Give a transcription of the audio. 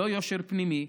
לא יושר פנימי,